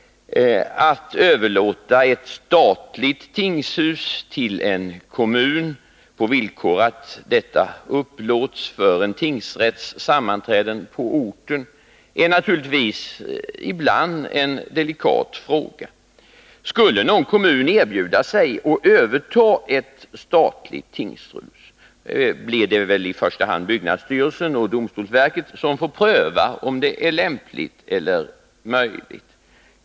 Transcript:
Att överlåta ett statligt tingshus till en kommun på villkor att detta upplåts för en tingsrätts sammanträden på orten är naturligtvis ibland en delikat fråga. Skulle någon kommun erbjuda sig att överta ett statligt tingshus, blir det väl i första hand byggnadsstyrelsen och domstolsverket som får pröva, om det är lämpligt och möjligt.